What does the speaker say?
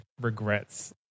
regrets